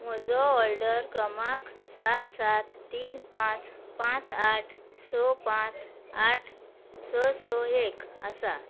म्हजो ऑर्डर क्रमांक सात सात तीन पांच पांच आठ स पांच आठ स स एक आसा